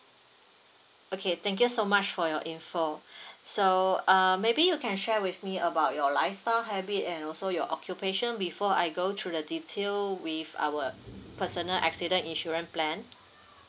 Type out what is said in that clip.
okay thank you so much for your info so uh maybe you can share with me about your lifestyle habit and also your occupation before I go through the detail with our personal accident insurance plan